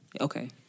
Okay